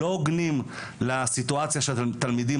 לא הוגנים לסיטואציה שהתלמידים,